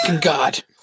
God